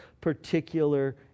particular